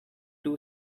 two